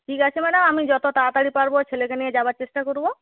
ঠিক আছে ম্যাডাম আমি যত তাড়াতাড়ি পারব ছেলেকে নিয়ে যাওয়ার চেষ্টা করব